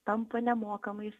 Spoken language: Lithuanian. tampa nemokamais